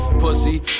pussy